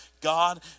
God